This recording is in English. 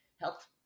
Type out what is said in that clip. health